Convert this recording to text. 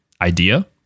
idea